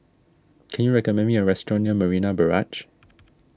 can you recommend me a restaurant near Marina Barrage